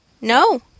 No